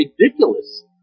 ridiculous